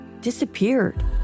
disappeared